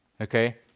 Okay